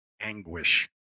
anguish